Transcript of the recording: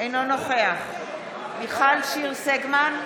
אינו נוכח מיכל שיר סגמן,